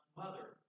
mother